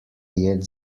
jed